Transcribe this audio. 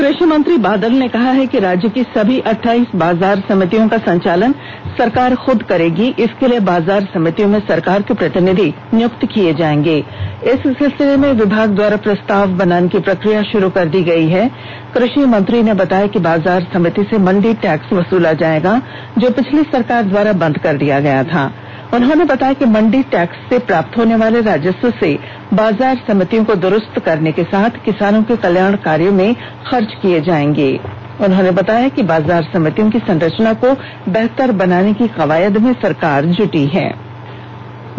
कृषि मंत्री बादल ने कहा है कि राज्य की सभी अठाइस बाजार समितियों का संचालन सरकार खुद करेगी इसके लिए बाजार समितियों में सरकार के प्रतिनिधि नियुक्त किए जाएंगे इस सिलसिले में विभाग द्वारा प्रस्ताव बनाने की प्रक्रिया शुरू कर दी गई है कृषि मंत्री ने बताया कि बाजार समिति से मंडी टैक्स वसूला जाएगा जो पिछली सरकार द्वारा बंद कर दिया गया था उन्होंने बताया कि मंड़ी टैक्स से प्राप्त होने वाले राजस्व से बाजार समितियों को द्रुस्त करने के साथ किसानों के कल्याण कार्य में खर्च किए जाएंगे उन्होंने बताया कि बाजार समितियों की संरचना को बेहतर बनाने की कवायद में सरकार जुटी हुई है ताकि किसानों को इसका लाभ मिल सके